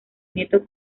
nieto